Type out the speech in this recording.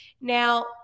Now